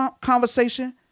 conversation